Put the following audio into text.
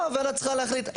פה הוועדה צריכה להחליט,